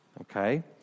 Okay